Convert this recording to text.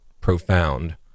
profound